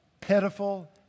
pitiful